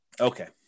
Okay